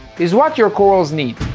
is what your corals need.